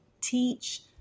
teach